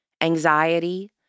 anxiety